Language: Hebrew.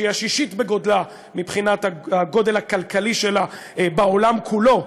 שהיא השישית בגודלה מבחינת הגודל הכלכלי שלה בעולם כולו,